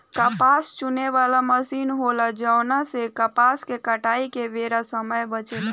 कपास चुने वाला मशीन होला जवना से कपास के कटाई के बेरा समय बचेला